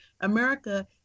america